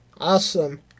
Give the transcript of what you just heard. Awesome